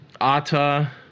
Ata